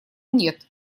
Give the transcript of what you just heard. нет